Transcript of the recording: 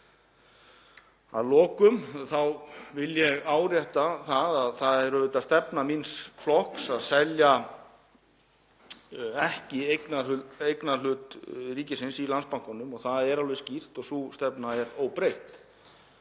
Að lokum vil ég árétta að það er stefna míns flokks að selja ekki eignarhlut ríkisins í Landsbankanum og það er alveg skýrt og sú stefna er óbreytt.